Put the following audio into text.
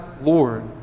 Lord